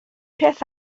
peth